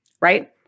right